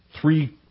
three